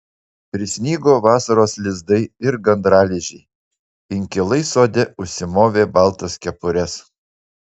prisnigo vasaros lizdai ir gandralizdžiai inkilai sode užsimovė baltas kepures